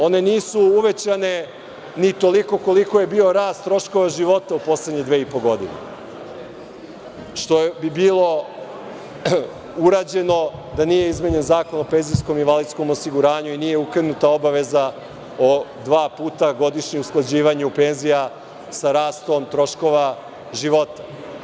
One nisu uvećane ni toliko koliko je bio rast troškova života u poslednje dve i po godine, što bi bilo urađeno da nije izmenjen Zakon o PIO i nije ukinuta obaveza o dva puta godišnje usklađivanju penzija sa rastom troškova života.